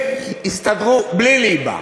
הם הסתדרו בלי ליבה.